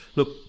Look